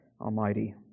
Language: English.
Almighty